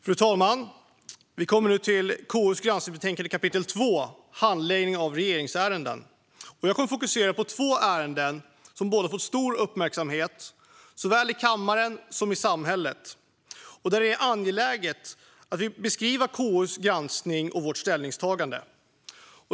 Fru talman! Vi kommer nu till kapitel 2 i KU:s granskningsbetänkande, Handläggning av regeringsärenden m.m. Jag kommer att fokusera på två ärenden, som båda har fått stor uppmärksamhet såväl i kammaren som i samhället och där det är angeläget att beskriva KU:s granskning och ställningstagande.